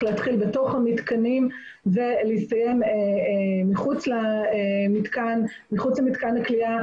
להתחיל בתוך המתקנים ומסתיים מחוץ למתקן הכליאה.